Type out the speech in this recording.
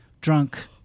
drunk